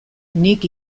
nik